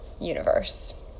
universe